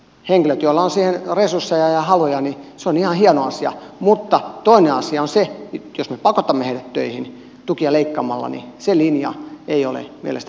henkilöille joilla on siihen resursseja ja haluja se on ihan hieno asia mutta toinen asia on se että jos me pakotamme heidät töihin tukia leikkaamalla niin se linja ei ole mielestäni oikea